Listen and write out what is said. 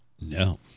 No